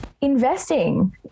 investing